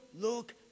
look